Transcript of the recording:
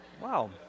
wow